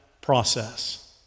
process